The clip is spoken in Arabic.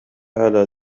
على